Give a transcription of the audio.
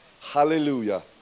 hallelujah